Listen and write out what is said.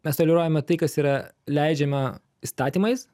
mes toleruojame tai kas yra leidžiama įstatymais